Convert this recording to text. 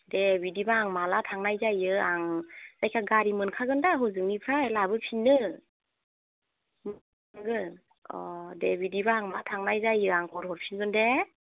दे बिदिबा आं माब्ला थांनाय जायो आं जायखिजाया गारि मोनखागोन दा हजोंनिफ्राय लाबोफिननो मोनो अ दे बिदिबा आं माब्ला थांनाय जायो आं खबर हरफिनगोन दे